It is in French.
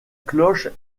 cloche